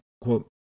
Quote